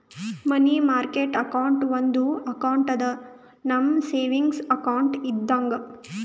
ಮನಿ market account ಒಂದು account ಅದಾ, ನಮ್ ಸೇವಿಂಗ್ಸ್ ಅಕೌಂಟ್ ಇದ್ದಂಗ